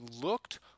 looked